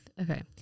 Okay